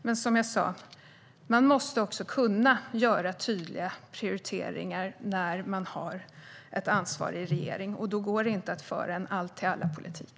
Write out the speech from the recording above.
Men som jag sa: Man måste kunna göra tydliga prioriteringar när man har ett ansvar i regeringen. Då går det inte att föra en allt-till-alla-politik.